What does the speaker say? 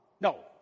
No